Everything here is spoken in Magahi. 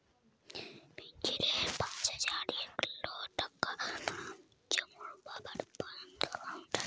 उन्नीस सौ छियांबेत सहारा बॉन्डेर बेहद मांग छिले